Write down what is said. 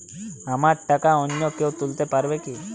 আমার টাকা অন্য কেউ তুলতে পারবে কি?